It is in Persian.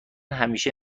همیشه